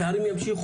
הפערים ימשיכו.